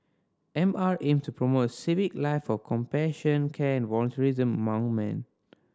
M R aims to promote a civic life of compassion care and volunteerism among man